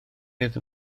iddyn